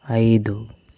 ఐదు